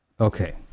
Okay